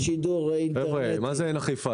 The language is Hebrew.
מה זה "אין אכיפה"?